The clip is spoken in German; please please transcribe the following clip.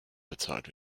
bezahlt